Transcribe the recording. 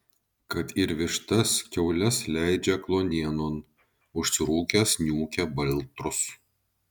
kad ir vištas kiaules leidžia kluonienon užsirūkęs niūkia baltrus